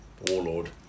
warlord